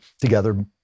together